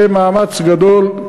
זה מאמץ גדול.